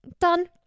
done